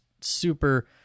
super